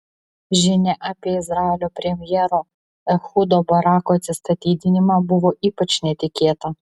žinia apie izraelio premjero ehudo barako atsistatydinimą buvo ypač netikėta